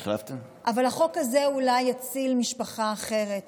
אבל החוק הזה אולי יציל משפחה אחרת